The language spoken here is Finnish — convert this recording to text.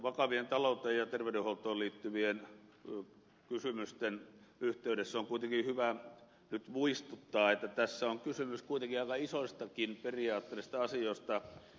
vakavien talouteen ja terveydenhuoltoon liittyvien kysymysten yhteydessä on kuitenkin hyvä nyt muistuttaa että tässä on kysymys kuitenkin aika isoistakin periaatteellisista asioista